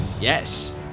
Yes